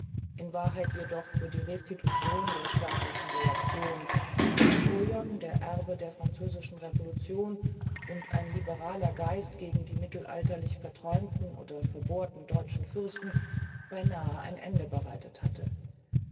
in wahrheit jedoch für die restitution der schwärzesten reaktion der napoleon erbe der französischen revolution und ein liberaler geist gegen die mittelalterlich verträumten oder verbohrten deutschen fürsten beinahe ein ende bereitet hatte